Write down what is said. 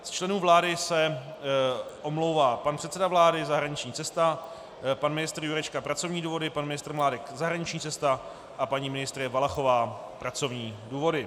Z členů vlády se omlouvá pan předseda vlády zahraniční cesta, pan ministr Jurečka pracovní důvody, pan ministr Mládek zahraniční cesta a paní ministryně Valachová pracovní důvody.